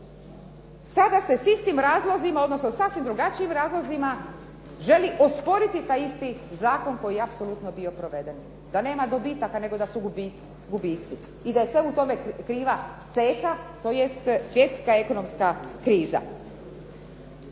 Sada se s istim razlozima, odnosno sasvim drugačijim razlozima želi osporiti taj isti zakon koji je apsolutno bio proveden da nema dobitaka nego da su gubici i da je svemu tome kriva seka, tj. svjetska ekonomska kriza.